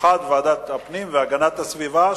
במיוחד בוועדת הפנים והגנת הסביבה,